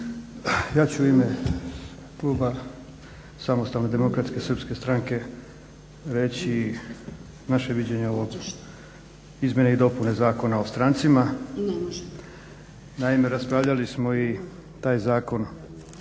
Ja ću u ime kluba SDSS-a reći naše viđenje o izmjeni i dopuni Zakona o strancima. Naime, raspravljali smo i taj zakon